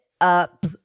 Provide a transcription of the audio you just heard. up